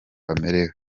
amerewe